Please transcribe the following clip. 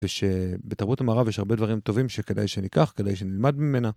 ושבתרבות המערב יש הרבה דברים טובים שכדאי שניקח, כדאי שנלמד ממנה.